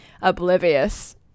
oblivious